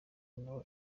nawe